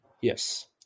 Yes